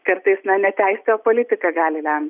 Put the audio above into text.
kartais na ne teisė o politika gali lemt